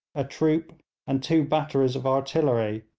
a troop and two batteries of artillery,